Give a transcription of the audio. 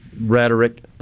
rhetoric